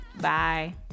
bye